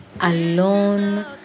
alone